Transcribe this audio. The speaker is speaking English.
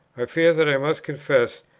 i fear that i must confess,